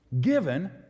given